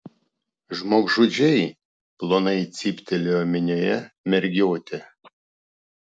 žmogžudžiai plonai cyptelėjo minioje mergiotė